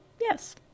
Yes